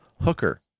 hooker